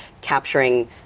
capturing